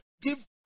give